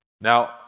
Now